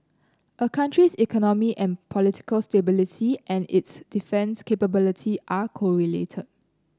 a country's economic and political stability and its defence capability are correlated